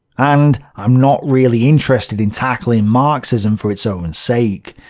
and i'm not really interested in tackling marxism for its own and sake.